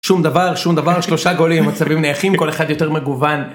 שום דבר, שום דבר, שלושה גולים, מצבים נהיים, כל אחד יותר מגוון.